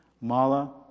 Mala